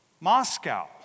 Moscow